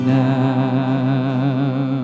now